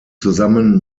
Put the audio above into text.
zusammen